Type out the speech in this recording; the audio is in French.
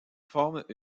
forment